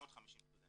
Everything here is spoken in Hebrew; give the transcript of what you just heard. ל-750.